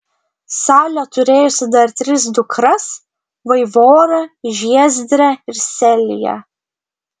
saulė turėjusi dar tris dukras vaivorą žiezdrę ir seliją